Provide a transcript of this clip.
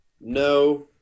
No